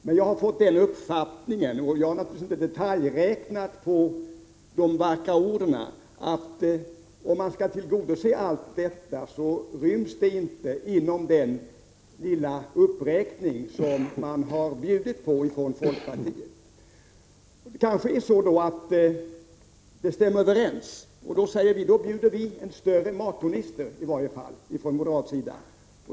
Men jag har fått den uppfattningen — jag har naturligtvis inte detaljräknat på de vackra orden — att om man skall tillgodose allt detta, så ryms det inte inom den lilla uppräkning som man har bjudit på från folkpartiet. Det kanske är så att det stämmer. Då säger vi att vi från moderat sida i varje fall bjuder en större mattornister.